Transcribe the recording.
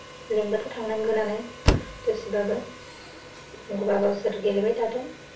लेंबाथ' थांनांगोनानो दसेबाबो गावसोर गेलेबाय थाथों